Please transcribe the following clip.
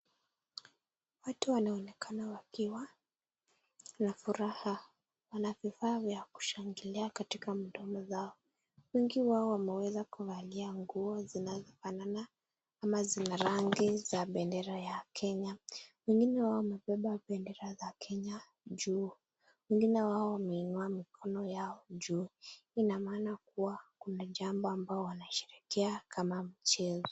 Watu wanaonekana wakiwa na furaha , wana vifaa vya kushangilia katika mdomo zao, wengi wao wameweza kuvalia nguo zinazofanana, ama zina rangi ya bendera ya Kenya, wengine wao wamebeba za kenya , juu wengine wao wanainua mokono yao juu, hii ina maana kuwa kuna jambo ambayo wanasherehekea kama mchezo.